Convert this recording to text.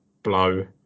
blow